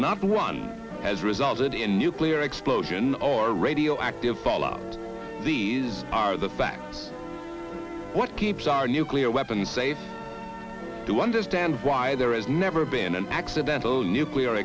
not one has resulted in nuclear explosion or radioactive fallout these are the facts what keeps our nuclear weapon safe to understand why there has never been an accidental nuclear